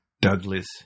Douglas